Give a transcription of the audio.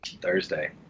Thursday